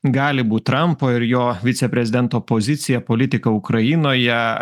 gali būt trampo ir jo viceprezidento pozicija politika ukrainoje